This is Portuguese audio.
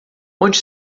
onde